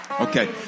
Okay